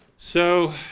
so,